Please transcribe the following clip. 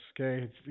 Okay